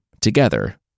together